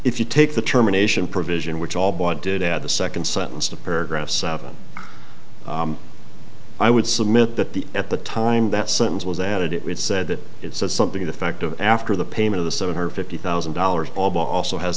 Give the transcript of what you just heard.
if you take the terminations provision which all bonded at the second sentence of paragraph seven i would submit that the at the time that sentence was added it was said that it says something in the fact of after the payment of the seven hundred fifty thousand dollars also has